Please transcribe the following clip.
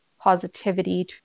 positivity